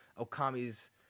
Okami's